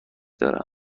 دارم